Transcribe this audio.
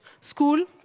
School